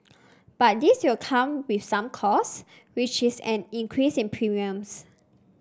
but this will come with some costs which is an increase in premiums